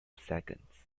seconds